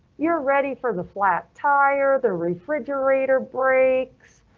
you're ready for the flat tire. the refrigerator breaks,